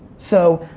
so,